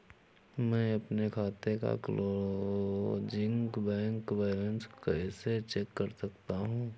मैं अपने खाते का क्लोजिंग बैंक बैलेंस कैसे चेक कर सकता हूँ?